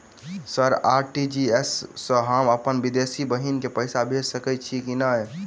Sir RTGS सँ हम अप्पन विदेशी बहिन केँ पैसा भेजि सकै छियै की नै?